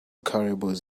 caribous